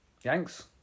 Yanks